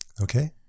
Okay